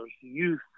youth